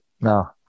No